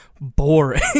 boring